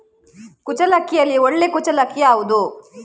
ಕುಚ್ಚಲಕ್ಕಿಯಲ್ಲಿ ಒಳ್ಳೆ ಕುಚ್ಚಲಕ್ಕಿ ಯಾವುದು?